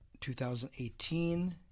2018